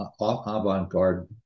avant-garde